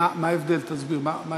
מה ההבדל?